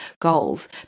goals